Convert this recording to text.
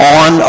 on